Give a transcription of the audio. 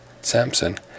Samson